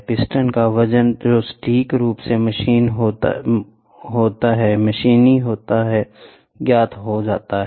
piston का वजन जो सटीक रूप से मशीनी होता है ज्ञात होता है